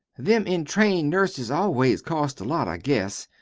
them entrained nurses always cost a lot, i guess.